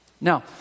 Now